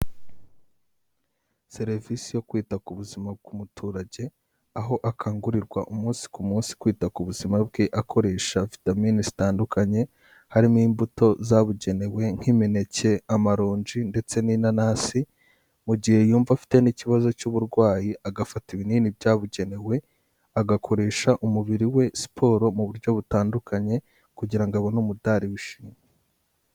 Serivisi yo kwita ku buzima bw'umuturage, aho akangurirwa umunsi ku munsi kwita ku buzima bwe akoresha vitamini zitandukanye harimo imbuto zabugenewe nk'imineke, amaronji ndetse n'inanasi, mu gihe yumva afite n'ikibazo cy'uburwayi agafata ibinini byabugenewe, agakoresha umubiri we siporo mu buryo butandukanye kugira ngo abone umudari w'ishimwe.